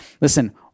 listen